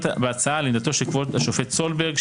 בהצעתם בעמדתו של כבוד השופט סולברג,